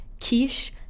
Kish